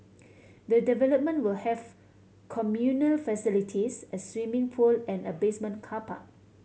the development will have communal facilities a swimming pool and a basement car park